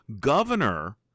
governor